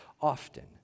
often